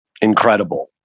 incredible